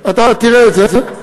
אתה תראה את זה.